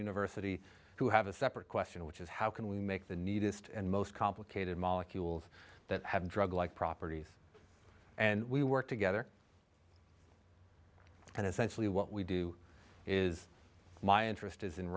university who have a separate question which is how can we make the neatest and most complicated molecules that have a drug like properties and we work together and essentially what we do is my interest is in